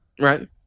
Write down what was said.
Right